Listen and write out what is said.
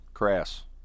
Crass